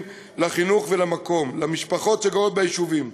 בפרט לחינוך ולמקום ולמשפחות שגרות ביישובים.